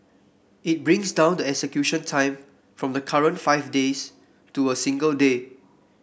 it brings down the execution time from the current five days to a single day